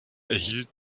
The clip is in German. erhielt